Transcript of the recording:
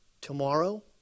tomorrow